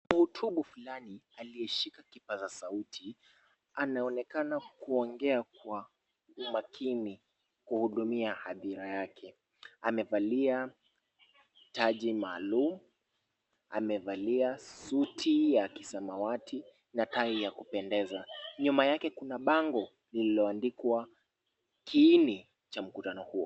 Mhutubu flani aliyeshika kipaza sauti anaonekana kuongea kwa umakini kudumia hadhira yake. Amevalia taji maalum, amevalia suti ya kisamawati na tai ya kupendeza. Nyuma yake kuna bango lililoandikwa kiini cha mkutano huo.